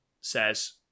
says